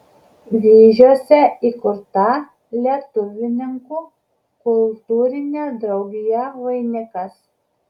vyžiuose įkurta lietuvininkų kultūrinė draugija vainikas